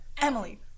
Emily